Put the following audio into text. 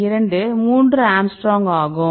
2 3 angstrom ஆகும்